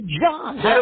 John